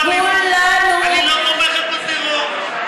אני לא תומכת בטרור,